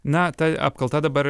na tai apkalta dabar